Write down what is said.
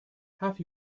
have